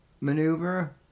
maneuver